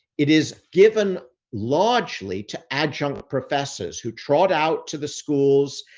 it is given largely to adjunct professors who trot out to the schools,